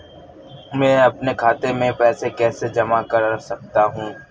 मैं अपने खाते में पैसे कैसे जमा कर सकता हूँ?